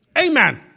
Amen